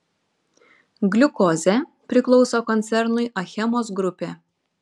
gliukozė priklauso koncernui achemos grupė